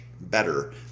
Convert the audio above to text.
better